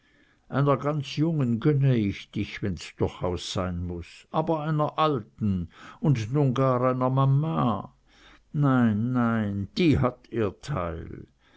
einer ganz jungen gönne ich dich wenn's durchaus sein muß aber einer alten und nun gar einer mama nein nein die hat ihr teil